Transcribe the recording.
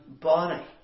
body